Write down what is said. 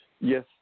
Yes